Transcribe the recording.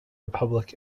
republic